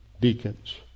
deacons